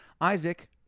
Isaac